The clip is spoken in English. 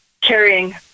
carrying